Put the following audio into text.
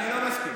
אני לא מסכים.